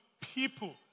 people